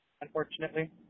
unfortunately